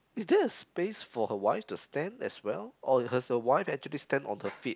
is there a space for her wife to stand as well or has the wife actually stand on the feet